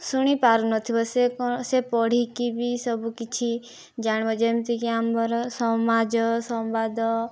ଶୁଣି ପାରୁନଥିବ ସେ କ'ଣ ସେ ପଢ଼ିକି ବି ସବୁ କିଛି ଜାଣିବ ଯେମିତିକି ଆମର ସମାଜ ସମ୍ବାଦ